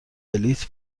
بلیط